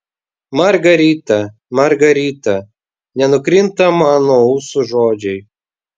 margarita margarita nenukrinta man nuo ūsų žodžiai